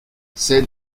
c’est